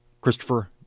Christopher